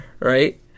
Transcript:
Right